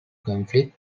conflict